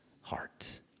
heart